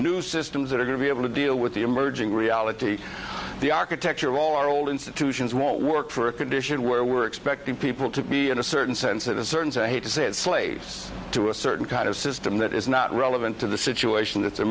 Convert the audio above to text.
new systems that are going to be able to deal with the emerging reality the architecture of all our old institutions won't work for a condition where we're expecting people to be in a certain sense at a certain i hate to say it slaves to a certain kind of system that is not relevant to the situation that